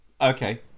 Okay